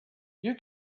you